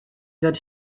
that